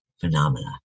phenomena